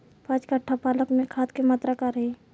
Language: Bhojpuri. पाँच कट्ठा पालक में खाद के मात्रा का रही?